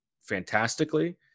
fantastically